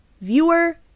viewer